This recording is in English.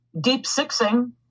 deep-sixing